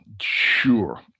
Sure